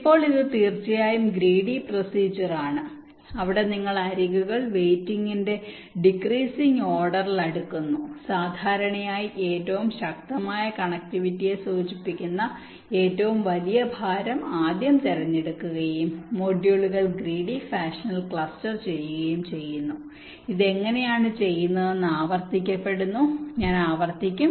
ഇപ്പോൾ ഇത് തീർച്ചയായും ഗ്രീഡി പ്രോസിജ്യുവർ ആണ് അവിടെ നിങ്ങൾ അരികുകൾ വൈറ്റിംഗിന്റെ ഡെക്രീസിങ് ഓർഡറിൽ അടുക്കുന്നു സാധാരണയായി ഏറ്റവും ശക്തമായ കണക്റ്റിവിറ്റിയെ സൂചിപ്പിക്കുന്ന ഏറ്റവും വലിയ ഭാരം ആദ്യം തിരഞ്ഞെടുക്കുകയും മൊഡ്യൂളുകൾ ഗ്രീഡി ഫാഷനിൽ ക്ലസ്റ്റർ ചെയ്യുകയും ചെയ്യുന്നു ഇത് എങ്ങനെയാണ് ചെയ്യുന്നതെന്ന് ആവർത്തിക്കപ്പെടുന്നു ഞാൻ ആവർത്തിക്കും